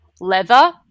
leather